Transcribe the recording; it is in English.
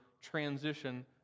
transition